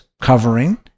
covering